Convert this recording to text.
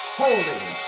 holding